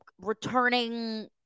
returning